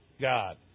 God